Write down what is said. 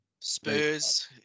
Spurs